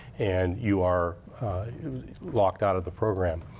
and you are locked out of the program.